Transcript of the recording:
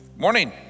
morning